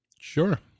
Sure